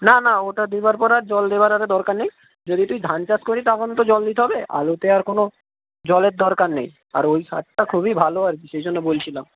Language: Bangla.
না না ওটা দেওয়ার পরে আর জল দেওয়ার আরে দরকার নেই যদি তুই ধান চাষ করিস তখন তো জল দিতে হবে আলুতে আর কোনো জলের দরকার নেই আর ওই সারটা খুবই ভালো আর কি সেই জন্য বলছিলাম